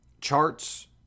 charts